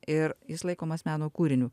ir jis laikomas meno kūriniu